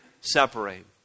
separate